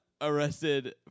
arrested